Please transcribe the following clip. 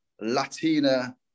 Latina